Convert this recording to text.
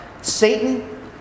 Satan